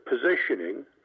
positioning